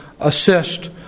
assist